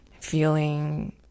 feeling